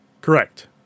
Correct